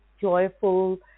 joyful